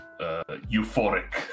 euphoric